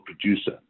producer